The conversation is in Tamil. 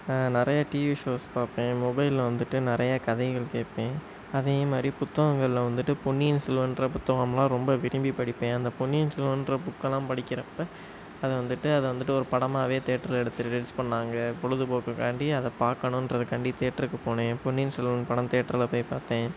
நிறையா டிவி ஷோஸ் பார்ப்பேன் மொபைல் நான் வந்துவிட்டு நிறையா கதைங்கள் கேட்பேன் அதை மாதிரி புத்தகங்களில் வந்துவிட்டு பொன்னியின் செல்வன்ற புத்தகம்லாம் ரொம்ப விரும்பி படிப்பேன் அந்த பொன்னியின் செல்வன்ற புக்கெல்லாம் படிக்கிறப்போ அதை வந்துவிட்டு அதை வந்துவிட்டு ஒரு படமாகவே தேட்டருல எடுத்து ரிரீல்ஸ் பண்ணாங்க பொழுதுபோக்குக்காண்டி அதை பார்க்கணுன்றதுக்காண்டி தேட்டருக்கு போனேன் பொன்னியின் செல்வன் படம் தேட்டருல போய் பார்த்தேன்